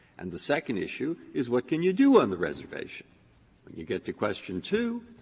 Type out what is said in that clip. and the second issue is what can you do on the reservation? when you get to question two,